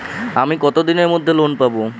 আমি কতদিনের মধ্যে লোন পাব?